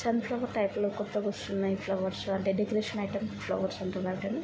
sun flower టైప్లో కొత్తగా వస్తున్నాయి ఫ్లవర్స్ అంటే డెకరేషన్ ఐటమ్ ఫ్లవర్స్ ఉంటున్నాయి కదా